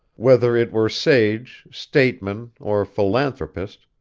whether it were sage, statesman, or philanthropist,